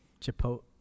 Chipotle